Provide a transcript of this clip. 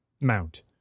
mount